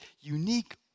unique